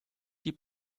die